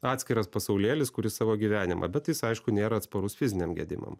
atskiras pasaulėlis kuris savo gyvenimą bet jis aišku nėra atsparus fiziniam gedimam